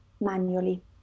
manually